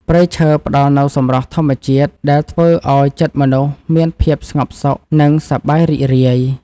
ព្រៃឈើផ្តល់នូវសម្រស់ធម្មជាតិដែលធ្វើឱ្យចិត្តមនុស្សមានភាពស្ងប់សុខ និងសប្បាយរីករាយ។